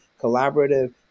collaborative